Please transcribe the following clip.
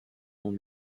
long